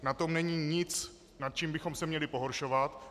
Na tom není nic, nad čím bychom se měli pohoršovat.